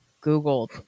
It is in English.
Google